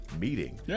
meeting